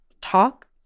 talk